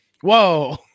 Whoa